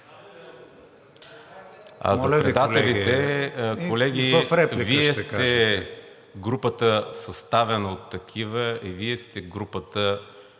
А за предателите, колеги, Вие сте групата, съставена от такива, и Вие сте групата,